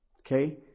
Okay